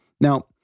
Now